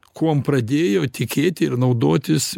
kuom pradėjo tikėti ir naudotis